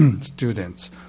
students